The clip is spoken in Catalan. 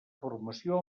formació